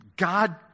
God